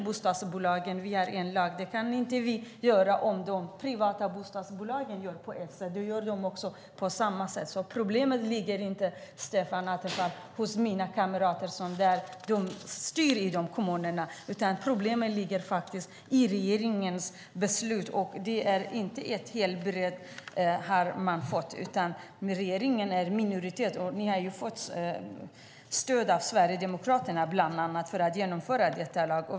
Bostadsbolagen säger att de inte kan. Om de privata bostadsbolagen gör på ett sätt, då gör de på samma sätt. Problemet ligger inte, Stefan Attefall, hos mina kamrater som styr i de rödgröna kommunerna, utan problemet ligger faktiskt i regeringens beslut. Det är inte så bred förankring, utan regeringen är i minoritet. Ni har fått stöd av bland annat Sverigedemokraterna för att genomföra denna lag.